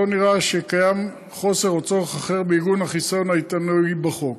לא נראה שקיים חסר או צורך אחר בעיגון החיסיון העיתונאי בחוק.